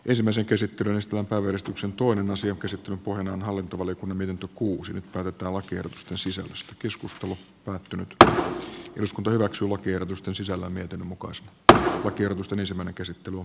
ensimmäisen käsittelynesto aavistuksen tuon asian käsittely kunnanhallinto oli komennettu kuusi hyppäävät nyt päätetään lakiehdotusten sisällöstä keskustelu oecdn pitää eduskunta suo tiedotusta sisällä myöten mukaiset kaavat ja mustan ensimmäinen käsittely on